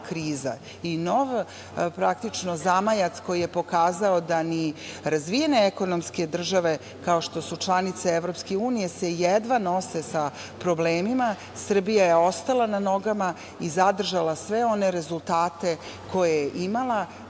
nova kriza i nov zamajac koji je pokazao da ni razvijene ekonomske države, kao što su članice EU se jedva nose sa problemima, Srbija je ostala na nogama i zadržala sve one rezultate koje je imala.